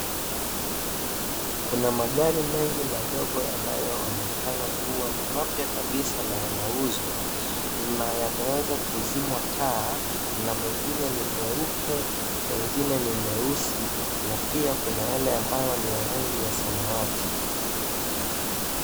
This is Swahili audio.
Kuna magari mengi madogo yanayoonekana kuwa ni mapya kabisa na yanauzwa, na yameweza kuzimwa taa, na mengine ni meupe, mengine ni meusi, na pia kuna yale ambayo ni ya rangi ya samawati.